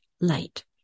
light